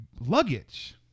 luggage